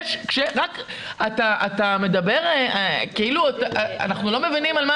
אתה מדבר כאילו אנחנו לא מבינים על מה